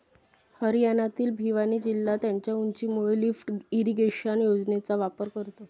हरियाणातील भिवानी जिल्हा त्याच्या उंचीमुळे लिफ्ट इरिगेशन योजनेचा वापर करतो